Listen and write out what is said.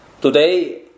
today